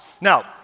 Now